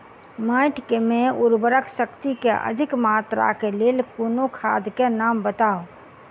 माटि मे उर्वरक शक्ति केँ अधिक मात्रा केँ लेल कोनो खाद केँ नाम बताऊ?